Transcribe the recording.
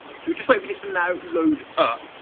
so we just wait list them now load up